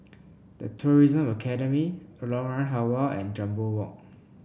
The Tourism Academy Lorong Halwa and Jambol Walk